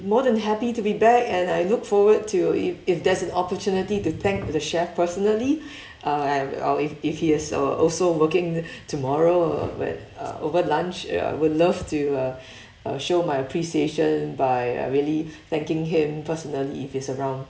more than happy to be back and I look forward to if if there's an opportunity to thank the chef personally uh I'll if if he is uh also working tomorrow when uh over lunch ya will love to uh uh show my appreciation by uh really thanking him personally if he's around